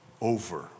over